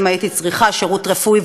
אם הייתי צריכה שירות רפואי,